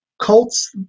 Colts